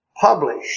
published